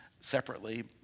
separately